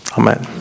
amen